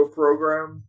program